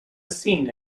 scene